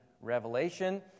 Revelation